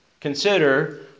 consider